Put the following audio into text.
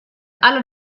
alle